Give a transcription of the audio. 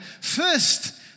First